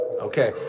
Okay